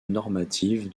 normative